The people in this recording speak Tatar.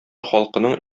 халкының